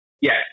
Yes